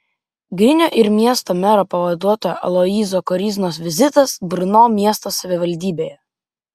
grinio ir miesto mero pavaduotojo aloyzo koryznos vizitas brno miesto savivaldybėje